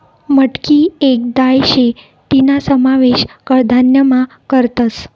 मटकी येक दाय शे तीना समावेश कडधान्यमा करतस